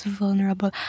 vulnerable